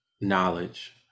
knowledge